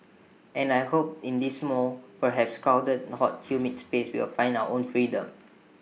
and I hope in this small perhaps crowded hot humid space we will find our own freedom